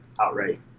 outright